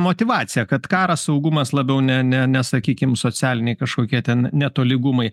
motyvaciją kad karas saugumas labiau ne ne nesakykim socialiniai kažkokie ten netolygumai